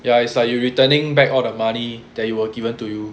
ya it's like you returning back all the money that were given to you